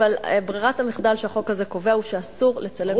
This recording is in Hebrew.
אבל ברירת המחדל שהחוק הזה קובע היא שאסור לצלם נפגעות תקיפה מינית.